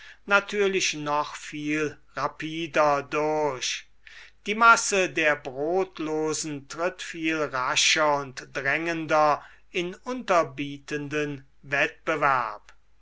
natürlich noch viel rapider durch die masse der brotlosen tritt viel rascher und drängender in unterbietenden wettbewerb